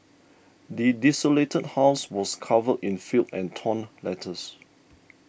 the desolated house was covered in filth and torn letters